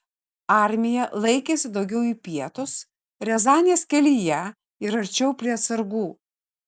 armija laikėsi daugiau į pietus riazanės kelyje ir arčiau prie atsargų